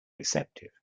deceptive